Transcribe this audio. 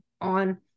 on